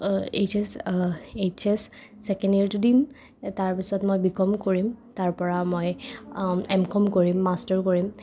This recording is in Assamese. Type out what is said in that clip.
H S H S second ইয়েৰটো দিম তাৰ পাছত মই বি কমো কৰিম তাৰ পৰা মই এম কম কৰিম মাষ্টাৰো কৰিম